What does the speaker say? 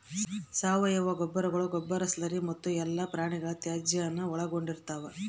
ಸಾವಯವ ಗೊಬ್ಬರಗಳು ಗೊಬ್ಬರ ಸ್ಲರಿ ಮತ್ತು ಎಲ್ಲಾ ಪ್ರಾಣಿಗಳ ತ್ಯಾಜ್ಯಾನ ಒಳಗೊಂಡಿರ್ತವ